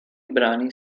brani